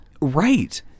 Right